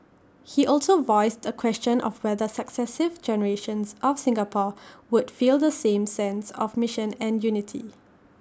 he also voiced the question of whether successive generations of Singapore would feel the same sense of mission and unity